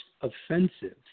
offensive